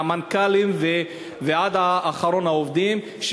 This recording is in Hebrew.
מהמנכ"לים ועד אחרון העובדים,